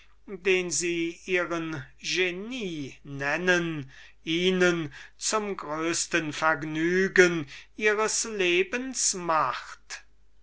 den sie ihren genie nennen ihnen zum größesten vergnügen ihres lebens macht